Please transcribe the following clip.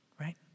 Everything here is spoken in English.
right